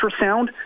ultrasound